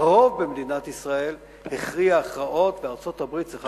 והרוב במדינת ישראל הכריע הכרעות וארצות-הברית צריכה לקבל אותן.